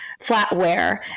flatware